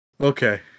Okay